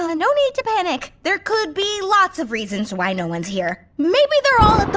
ah no need to panic. there could be lots of reasons why no one's here. maybe they're all